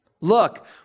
Look